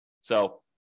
So-